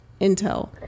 intel